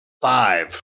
Five